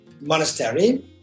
Monastery